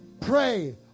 Pray